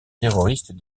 terroristes